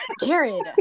jared